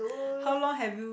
how long have you